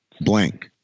blank